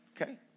okay